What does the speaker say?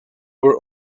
were